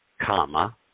Comma